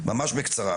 ממש בקצרה,